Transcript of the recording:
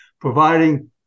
providing